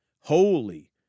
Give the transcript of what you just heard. holy